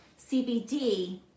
CBD